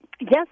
Yes